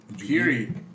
period